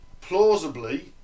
plausibly